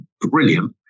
brilliant